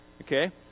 Okay